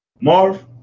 Marv